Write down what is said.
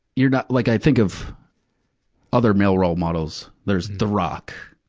you're not, like i think of other male role models. there's the rock.